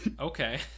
okay